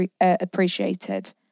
appreciated